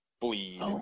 bleed